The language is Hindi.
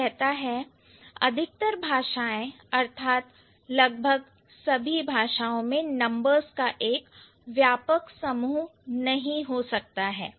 जो कहता है की अधिकतर भाषाएं अर्थात लगभग सभी भाषाओं में नंबर्स का एक व्यापक समूह नहीं हो सकता है